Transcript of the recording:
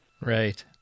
Right